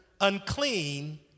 unclean